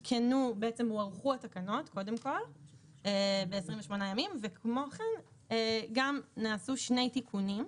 הוארכו התקנות קודם כל ב-28 ימים וכמו כן גם נעשו שני תיקונים.